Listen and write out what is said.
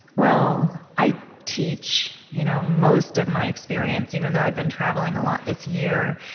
well, i teach. you know most of my experience, even though i've been traveling a lot this year,